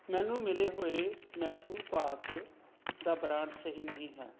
ਮੈਨੂੰ ਮਿਲੇ ਹੋਏ ਮੈਸੂਰ ਪਾਕ ਦਾ ਬ੍ਰਾਂਡ ਸਹੀ ਨਹੀਂ ਹੈ